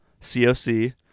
COC